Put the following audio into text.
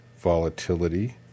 Volatility